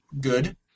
good